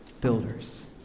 builders